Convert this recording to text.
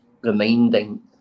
reminding